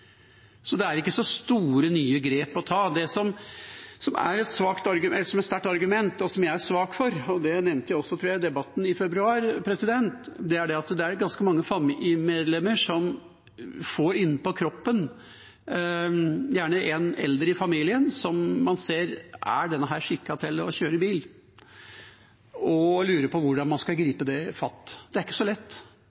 så det er ikke så store nye grep å ta. Det som er et sterkt argument, og som jeg er svak for, og jeg tror jeg også nevnte det i debatten i februar, er at det er ganske mange familiemedlemmer som merker dette på kroppen. Det er gjerne en eldre i familien der man spør seg: Er denne skikket til å kjøre bil? Og da lurer man på hvordan man skal